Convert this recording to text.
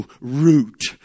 root